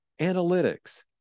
analytics